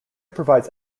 provides